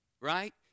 right